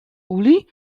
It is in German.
uli